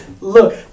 Look